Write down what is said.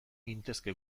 gintezke